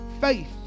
Faith